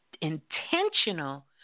intentional